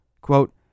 Quote